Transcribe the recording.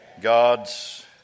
God's